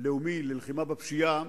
הלאומי ללחימה בפשיעה